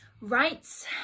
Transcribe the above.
Rights